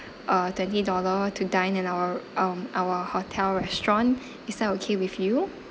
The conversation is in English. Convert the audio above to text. uh twenty dollar to dine in our um our hotel restaurant is that okay with you